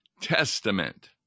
testament